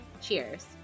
Cheers